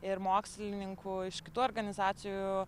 ir mokslininkų iš kitų organizacijų